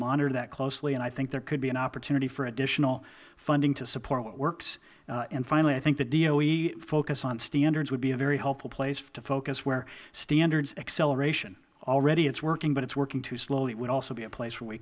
monitor that closely and i think there could be an opportunity for additional funding to support what works and finally i think the doe focus on standards would be a very helpful place to focus where standard acceleration already it is working but it is working too slowly would also be a place where we